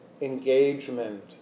engagement